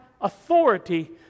authority